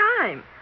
time